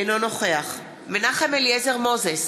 אינו נוכח מנחם אליעזר מוזס,